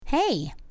Hey